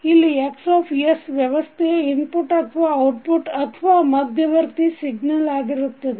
ಇಲ್ಲಿX ವ್ಯವಸ್ಥೆಯ ಇನ್ಪುಟ್ ಅಥವಾ ಔಟ್ಪುಟ್ ಅಥವಾ ಮಧ್ಯವರ್ತಿ ಸಿಗ್ನಲ್ ಆಗಿರುತ್ತದೆ